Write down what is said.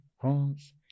France